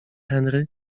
henry